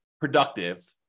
productive